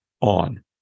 on